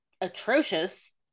atrocious